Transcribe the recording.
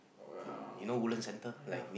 uh yeah